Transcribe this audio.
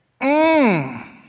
Mmm